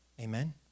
amen